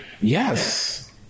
Yes